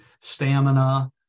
stamina